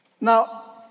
Now